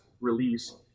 release